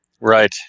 right